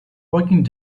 walking